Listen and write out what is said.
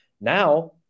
Now